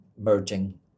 merging